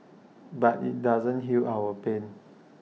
but IT doesn't heal our pain